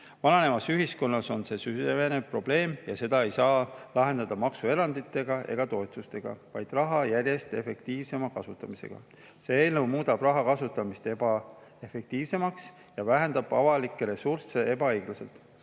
Vananevas ühiskonnas on see süvenev probleem ja seda ei saa lahendada maksueranditega ega -toetustega, vaid raha järjest efektiivsema kasutamisega. See eelnõu muudab raha kasutamist ebaefektiivsemaks ja vähendab avalikke ressursse ebaõiglaselt.